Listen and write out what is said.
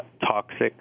toxic